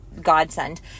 godsend